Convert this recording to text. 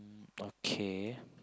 okay